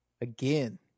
Again